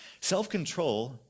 Self-control